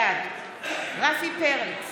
בעד רפי פרץ,